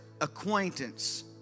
acquaintance